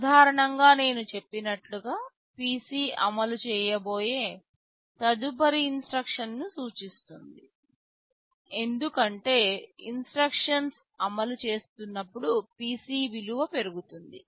సాధారణంగా నేను చెప్పినట్లుగా PC అమలు చేయబోయే తదుపరి ఇన్స్ట్రక్షన్ ను సూచిస్తుంది ఎందుకంటే ఇన్స్ట్రక్షన్స్ అమలు చేస్తున్నప్పుడు PC విలువ పెరుగుతుంది